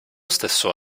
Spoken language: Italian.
stesso